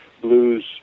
blues